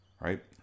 Right